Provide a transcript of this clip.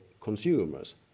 consumers